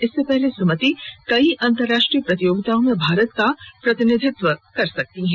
इससे पहले सुमति कई अंतरराष्ट्रीय प्रतियोगिताओं में भारत का प्रतिनिधित्व कर चुकी हैं